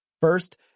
First